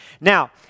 Now